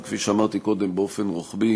וכפי שאמרתי קודם, באופן רוחבי